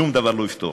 שום דבר לא יפתור.